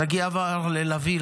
שגיא עבר ללביא,